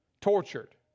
tortured